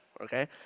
Okay